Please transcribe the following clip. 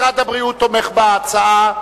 משרד הבריאות תומך בהצעה,